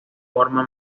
forma